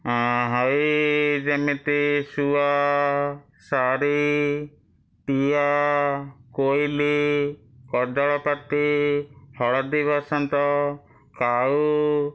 ହେଇ ଯେମିତି ଶୁଆ ଶାରୀ ଟିଆ କୋଇଲି କଜଳପାତି ହଳଦୀବସନ୍ତ କାଉ